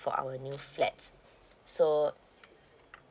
for our new flats so